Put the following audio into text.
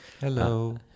Hello